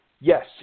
yes